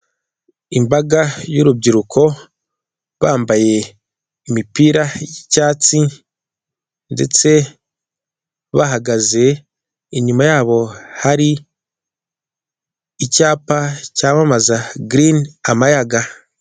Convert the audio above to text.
Imbaga y'urubyiruko bambaye imipira y'icyatsi ndetse bahagaze inyuma yabo hari icyapa cyamamaza girini amayaga.